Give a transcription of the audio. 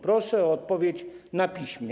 Proszę o odpowiedź na piśmie.